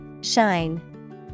Shine